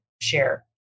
share